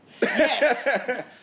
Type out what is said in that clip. Yes